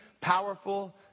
powerful